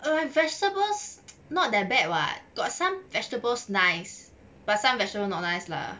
and vegetables not that bad [what] got some vegetables nice but some vegetables not nice lah